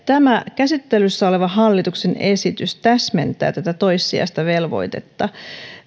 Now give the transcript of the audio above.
tämä käsittelyssä oleva hallituksen esitys täsmentää tätä toissijaista velvoitetta